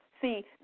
See